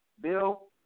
Bill